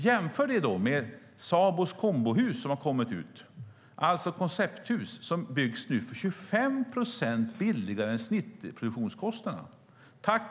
Jämför då det med Sabos kombohus, alltså koncepthus, som nu byggs 25 procent billigare än snittproduktionskostnaderna.